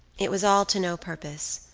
it was all to no purpose.